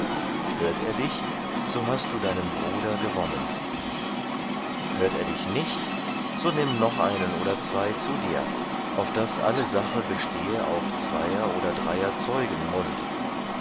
hört er dich so hast du deinen bruder gewonnen hört er dich nicht so nimm noch einen oder zwei zu dir auf daß alle sache bestehe auf zweier oder dreier zeugen mund